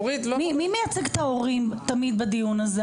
מי מייצג את ההורים תמיד בדיון הזה?